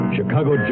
Chicago